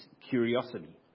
curiosity